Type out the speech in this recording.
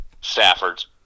Stafford's